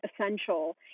essential